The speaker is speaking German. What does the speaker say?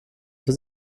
für